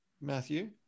Matthew